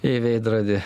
į veidrodį